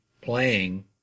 playing